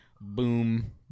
boom